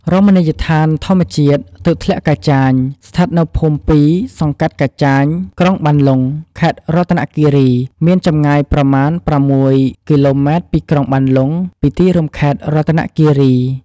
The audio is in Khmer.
រមណីយដ្ឋានធម្មជាតិ ទឹកធ្លាក់កាចាញស្ថិតនៅភូមិពីរ សង្កាត់កាចាញ ក្រុងបានលុង ខេត្តរតនគិរី មានចំងាយប្រមាណ ប្រាំមួយគីឡូម៉េត្រពីក្រុងបានលុង ពីទីរួមខេត្តរតនគិរី ។